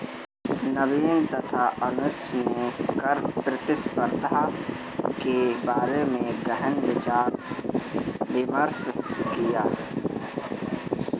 नवीन तथा अनुज ने कर प्रतिस्पर्धा के बारे में गहन विचार विमर्श किया